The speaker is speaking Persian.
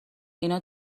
اینا